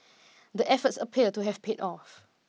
the efforts appear to have paid off